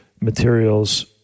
materials